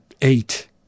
eight